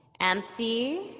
empty